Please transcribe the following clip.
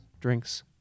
drinks